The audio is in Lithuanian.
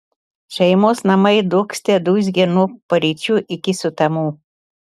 šeimos namai dūgzte dūzgė nuo paryčių iki sutemų